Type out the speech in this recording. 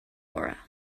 aura